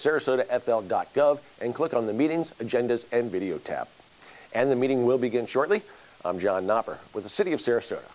sarasota f l dot gov and click on the meetings agendas and video tap and the meeting will begin shortly with the city of sarasota